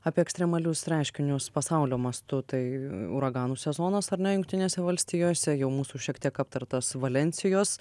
apie ekstremalius reiškinius pasaulio mastu tai uraganų sezonas ar ne jungtinėse valstijose jau mūsų šiek tiek aptartas valensijos